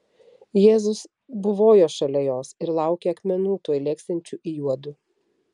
jėzus buvojo šalia jos ir laukė akmenų tuoj lėksiančių į juodu